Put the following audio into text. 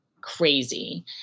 crazy